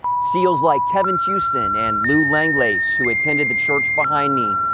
seals like kevin houston and lou langlais, who attended the church behind me.